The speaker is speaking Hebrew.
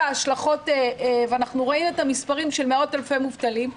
ההשלכות ורואים את המספרים של מאות-אלפי מובטלים.